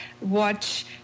watch